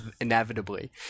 inevitably